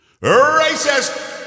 racist